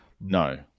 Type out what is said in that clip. No